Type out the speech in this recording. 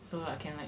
so I can like